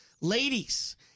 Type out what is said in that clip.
Ladies